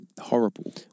horrible